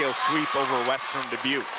over western dubuque.